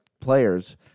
players